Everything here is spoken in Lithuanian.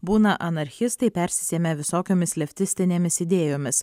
būna anarchistai persisėmę visokiomis leftistinėmis idėjomis